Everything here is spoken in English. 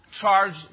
charge